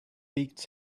beats